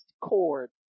cord